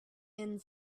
end